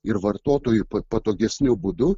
ir vartotojų patogesniu būdu